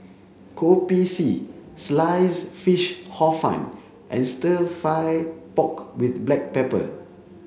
Kopi C sliced fish Hor Fun and stir fry pork with black pepper